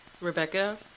Rebecca